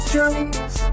Journeys